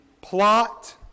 plot